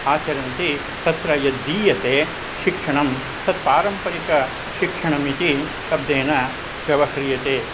आचरन्ति तत्र यद्दीयते शिक्षणं तत् पारम्परिकशिक्षणमिति शब्देन व्यवह्रियते